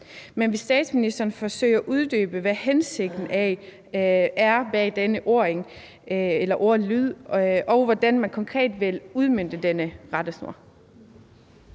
Men vil statsministeren forsøge at uddybe, hvad hensigten er bag denne ordlyd, og hvordan man konkret vil udmønte denne rettesnor?